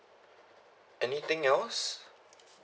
anything else